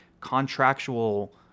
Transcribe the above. contractual